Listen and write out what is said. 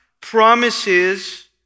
promises